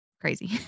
crazy